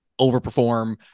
overperform